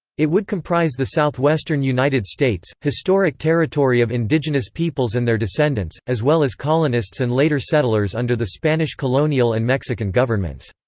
it would comprise the southwestern united states, historic territory of indigenous peoples and their descendants, as well as colonists and later settlers under the spanish colonial and mexican governments.